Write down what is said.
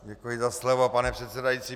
Děkuji za slovo, pane předsedající.